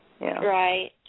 right